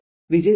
i